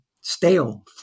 stale